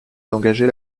d’engager